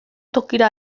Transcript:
tokira